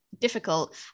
difficult